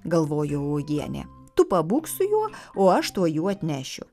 galvojo uogienė tu pabūk su juo o aš tuo jų atnešiu